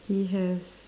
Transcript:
he has